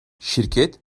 şirket